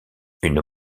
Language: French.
une